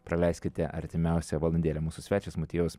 praleiskite artimiausią valandėlę mūsų svečias motiejus